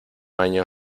año